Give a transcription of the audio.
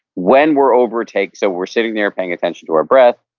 when we're over taken, so we're sitting there paying attention to our breath,